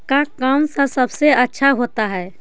मक्का कौन सा सबसे अच्छा होता है?